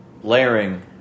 layering